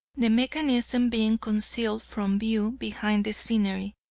the mechanism being concealed from view behind the scenery.